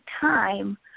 time